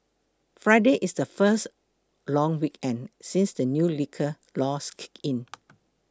friday is the first long weekend since the new liquor laws kicked in